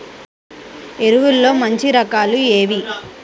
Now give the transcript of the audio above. ఎరువుల్లో మంచి రకాలు ఏవి?